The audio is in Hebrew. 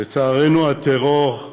לצערנו, הטרור,